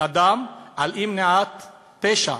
אדם על אי-מניעת פשע.